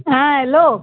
आं हॅलो